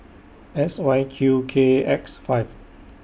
S Y Q K X five